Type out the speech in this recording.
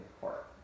heart